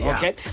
Okay